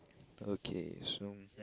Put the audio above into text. okay so